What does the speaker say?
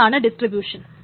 ഇതാണ് ഡിസ്ട്രീബ്യൂഷൻ